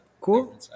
cool